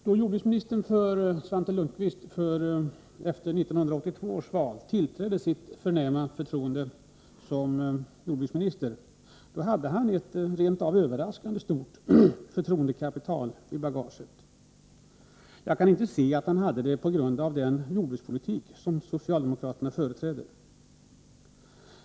Då jordbruksminister Svante Lundkvist efter 1982 års val tillträdde sitt ämbete hade han ett rent av överraskande stort förtroendekapital i bagaget. Jag kan inte se att han hade det på grund av den jordbrukspolitik som socialdemokratin företräder.